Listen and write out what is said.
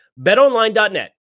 BetOnline.net